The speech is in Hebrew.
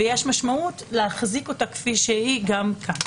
ויש משמעות להחזיק אותה כפי שהיא גם כאן.